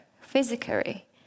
physically